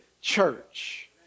church